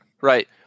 Right